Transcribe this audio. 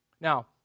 Now